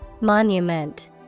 Monument